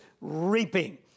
reaping